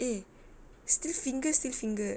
eh still fingers still finger